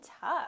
tough